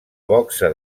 boxa